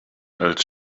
als